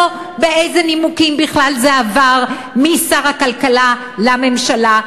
לא באיזה נימוקים בכלל זה עבר משר הכלכלה לממשלה,